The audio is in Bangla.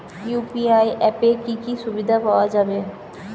ইউ.পি.আই অ্যাপে কি কি সুবিধা পাওয়া যাবে?